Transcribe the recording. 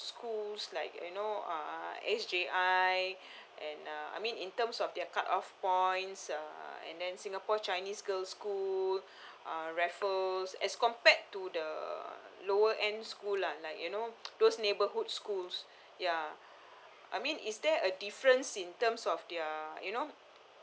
schools like you know uh S_J_I and uh I mean in terms of their cut off points uh and then singapore chinese girl school uh raffles as compared to the lower end school lah like you know those neighbourhood schools ya I mean is there a difference in terms of their you know